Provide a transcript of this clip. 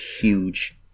huge